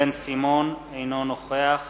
אינו נוכח